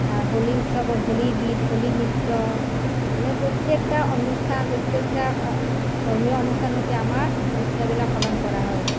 হোলী উৎসৱৰ হোলী গীত হোলী নৃত্য মানে প্ৰত্যেকটা অনুষ্ঠান প্ৰত্যেকটা ধৰ্মীয় অনুষ্ঠানতে আমাৰ নৃত্যবিলাক পালন কৰা হয়